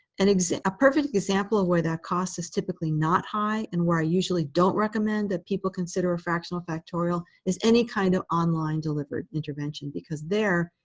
and a perfect example of where that cost is typically not high, and where i usually don't recommend that people consider a fractional factorial, is any kind of online-delivered intervention. because there,